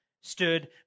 stood